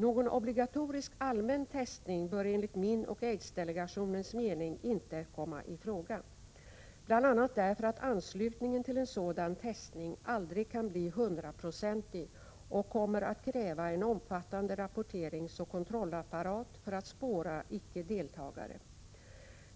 Någon obligatorisk allmän testning bör enligt min och aidsdelegationens mening inte komma i fråga, bl.a. därför att anslutningen till en sådan testning aldrig kan bli 100-procentig och kommer att kräva en omfattande rapporteringsoch kontrollapparat för att spåra icke-deltagare.